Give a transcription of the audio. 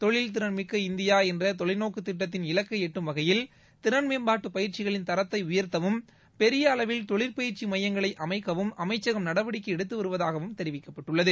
தொழில் திறன் மிக்க இந்தியா என்ற தொலைநோக்கு திட்டத்தின் இலக்கை எட்டும் வகையில் திறன்மேம்பாட்டு பயிற்சிகளின் தரத்தை உயர்த்தவும் பெரிய அளவில் தொழிற்பயிற்சி எமயங்களை அமைக்கவும் அமைச்சகம் நடவடிக்கை எடுத்து வருவதாகவும் தெரிவிக்கப்பட்டுள்ளது